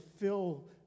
fill